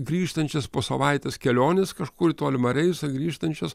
grįžtančias po savaitės kelionės kažkur į tolimą reisą grįžtančias